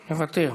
מוותר,